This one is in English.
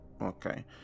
Okay